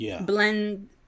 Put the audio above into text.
blend